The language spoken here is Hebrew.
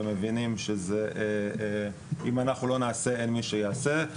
ומבינים שאם אנחנו לא נעשה אין מי שיעשה.